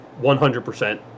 100%